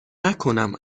نکنم